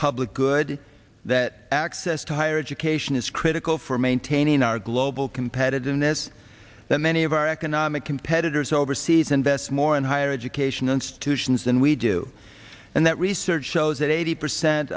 public good that access to higher education is critical for maintaining our global competitiveness that many of our economic competitors overseas invest more in higher education institutions than we do and that research shows that eighty percent